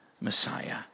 Messiah